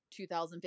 2015